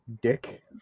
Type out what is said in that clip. dick